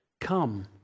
come